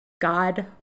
God